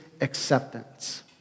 acceptance